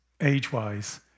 age-wise